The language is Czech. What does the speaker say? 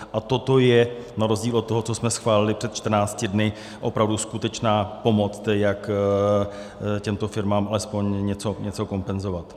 A toto je na rozdíl od toho, co jsme schválili před 14 dny, opravdu skutečná pomoc, jak těmto firmám alespoň něco kompenzovat.